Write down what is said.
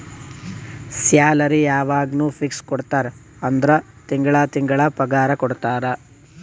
salary ಯವಾಗ್ನೂ fix ಕೊಡ್ತಾರ ಅಂದುರ್ ತಿಂಗಳಾ ತಿಂಗಳಾ ಪಗಾರ ಕೊಡ್ತಾರ